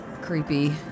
creepy